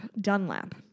Dunlap